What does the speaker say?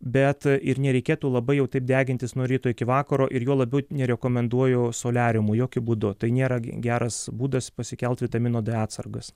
bet ir nereikėtų labai jau taip degintis nuo ryto iki vakaro ir juo labiau nerekomenduoju soliariumų jokiu būdu tai nėra geras būdas pasikelt vitamino d atsargas